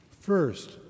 First